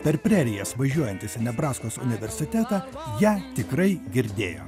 per prerijas važiuojantis į nebraskos universitetą ją tikrai girdėjo